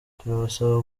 turabasaba